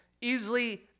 Easily